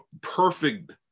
perfect